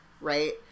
right